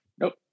Nope